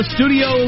Studio